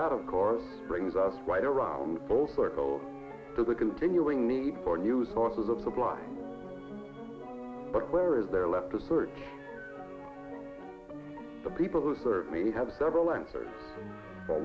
that of course brings us right around full circle to the continuing need for news sources of supply but where is there left to search the people who serve me have several answers